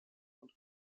und